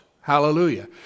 Hallelujah